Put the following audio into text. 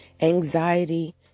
anxiety